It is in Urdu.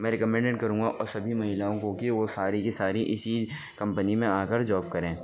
میں ریکمنڈڈ کروں گا اور سبھی مہیلاؤں کو کہ وہ ساری کی ساری اسی کمپنی میں آ کر جاب کریں